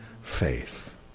faith